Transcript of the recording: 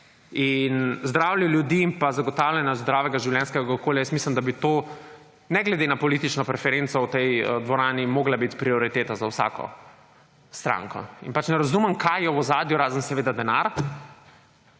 Zdravje ljudi in zagotavljanje zdravega življenjskega okolja jaz mislim, da bi to ne glede na politično preferenco v tej dvorani morala biti prioriteta za vsako stranko. In pač ne razumem kaj je v ozadju, razen seveda denar,